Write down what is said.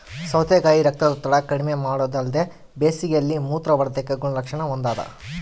ಸೌತೆಕಾಯಿ ರಕ್ತದೊತ್ತಡ ಕಡಿಮೆಮಾಡೊದಲ್ದೆ ಬೇಸಿಗೆಯಲ್ಲಿ ಮೂತ್ರವರ್ಧಕ ಗುಣಲಕ್ಷಣ ಹೊಂದಾದ